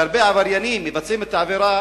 שהרבה עבריינים מבצעים את העבירה,